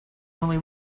only